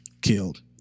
killed